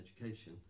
education